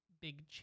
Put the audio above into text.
big